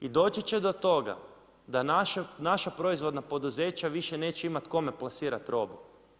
I doći će do toga, da naša proizvodna poduzeća, više neće imati kome plasirati robu.